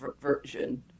version